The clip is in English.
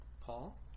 Paul